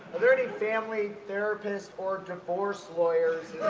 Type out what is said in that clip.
there any family therapists or divorce lawyers